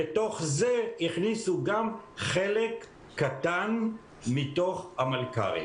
בתוך זה הכניסו גם חלק קטן מתוך המלכ"רים.